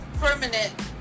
permanent